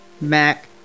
Mac